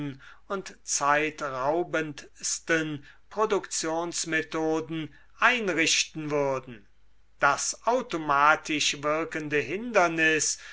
und zeitraubendstenproduktionsmethoden einrichten würden das automatisch wirkende hindernis